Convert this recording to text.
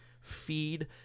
feed